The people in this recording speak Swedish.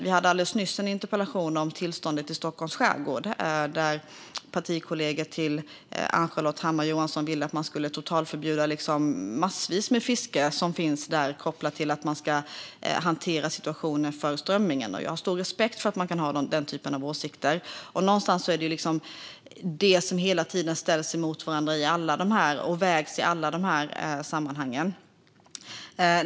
Vi hade alldeles nyss en interpellationsdebatt om tillståndet i Stockholms skärgård, där partikollegor till Ann-Charlotte Hammar Johnsson ville totalförbjuda massvis med fiske som finns där kopplat till att situationen med strömmingen behöver hanteras. Jag har stor respekt för att man kan ha den typen av åsikter, och någonstans är det detta som hela tiden ställs och vägs emot varandra i alla de här sammanhangen.